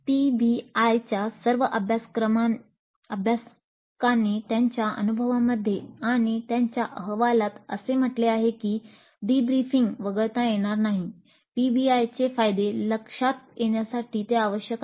पीबीआयच्या सर्व अभ्यासकांनी त्यांच्या अनुभवामध्ये आणि त्यांच्या अहवालात असे म्हटले आहे की डीब्रीफिंग वगळता येणार नाही पीबीआयचे फायदे लक्षात येण्यासाठी ते आवश्यक आहे